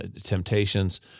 temptations